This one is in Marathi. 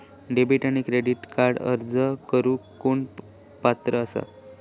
डेबिट आणि क्रेडिट कार्डक अर्ज करुक कोण पात्र आसा?